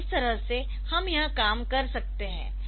तो इस तरह से हम यह काम कर सकते है